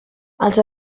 els